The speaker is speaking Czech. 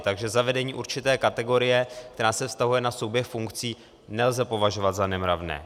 Takže zavedení určité kategorie, která se vztahuje na souběh funkcí, nelze považovat za nemravné.